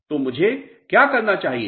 तो मुझे क्या करना चाहिए